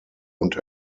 und